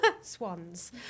swans